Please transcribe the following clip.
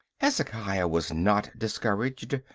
hezekiah was not discouraged.